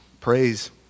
Praise